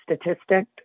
statistic